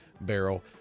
barrel